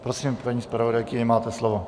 Prosím, paní zpravodajko, máte slovo.